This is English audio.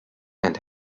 and